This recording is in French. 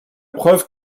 preuve